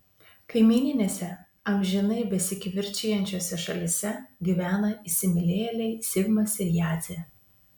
kaimyninėse amžinai besikivirčijančiose šalyse gyvena įsimylėjėliai zigmas ir jadzė